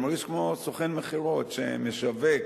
אני מרגיש כמו סוכן מכירות שמשווק